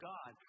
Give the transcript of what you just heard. God